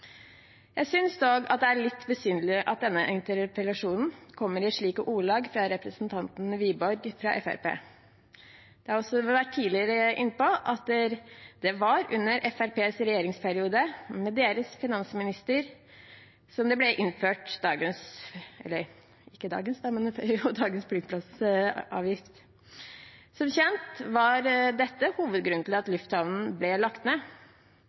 Jeg synes dog at det er litt besynderlig at denne interpellasjonen kommer i slike ordelag fra representanten Wiborg fra Fremskrittspartiet. Jeg har også tidligere vært inne på at dagens flyplassavgift ble innført under Fremskrittspartiets regjeringsperiode, med deres finansminister. Som kjent var flyplassavgiften hovedgrunnen til at lufthavnen ble